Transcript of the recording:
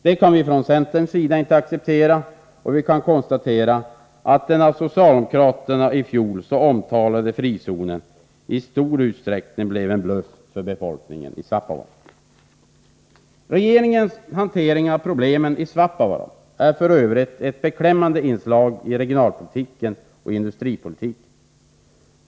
Detta kan vi från centern inte acceptera, och vi kan konstatera att den av socialdemokraterna i fjol så omtalade frizonen i stor utsträckning blev en bluff för befolkningen i Svappavaara. Regeringens hantering av problemen i Svappavaara är f.ö. ett beklämmande inslag i regionalpolitiken och industripolitiken.